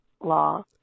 law